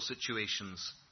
situations